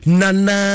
nana